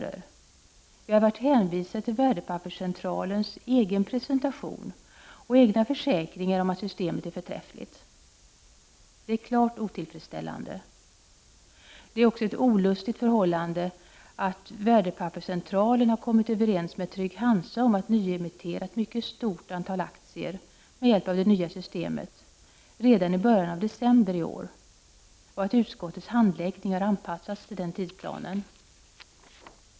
1989/90:31 Vi har varit hänvisade till Värdepapperscentralens egen presentation och 22 november 1989 egna försäkringar om att systemet är förträffligt. Det är klart otillfredsstäl 7 lande. Det är också ett olustigt förhållande att Värdepapperscentralen har kommit överens med Trygg-Hansa om att nyemittera ett mycket stort antal aktier med hjälp av det nya systemet redan i början av december i år och att utskottets handläggning har anpassats till den tidsplanen.